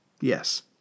yes